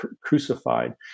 crucified